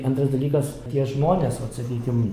antras dalykas tie žmonės sakykim